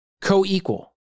Co-equal